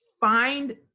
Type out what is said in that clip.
find